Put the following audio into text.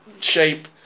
shape